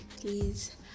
please